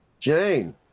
Jane